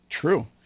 True